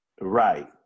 Right